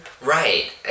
Right